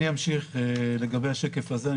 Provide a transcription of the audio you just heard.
אני אמשיך לגבי השקף הזה.